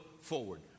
forward